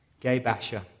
gay-basher